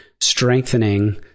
strengthening